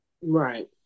Right